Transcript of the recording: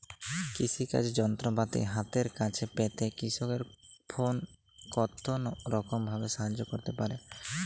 কৃষিকাজের যন্ত্রপাতি হাতের কাছে পেতে কৃষকের ফোন কত রকম ভাবে সাহায্য করতে পারে?